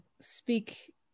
speak